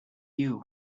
you